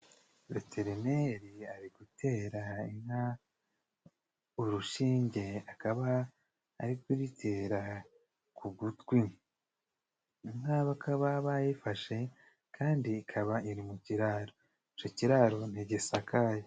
Vetereneri ari gutera inka urushinge, akaba ari kuyiterira ku gutwi inka bakaba bayifashe kandi ikaba iri mu kiraro, ico kiraro ntigisakaye.